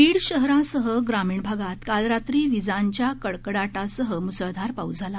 बीड शहरासह ग्रामीण भागात काल रात्री विजांच्या कडकडाटासह मुसळधार पाऊस झाला